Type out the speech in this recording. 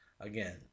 again